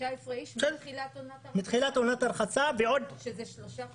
19 אנשים מתחילת עונת הרחצה שזה שלושה חודשים.